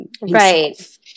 Right